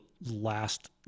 last